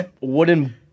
wooden